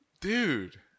Dude